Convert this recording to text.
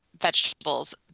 vegetables